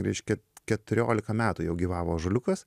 reiškia keturiolika metų jau gyvavo ąžuoliukas